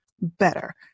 better